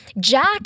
Jack